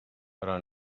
però